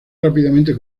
rápidamente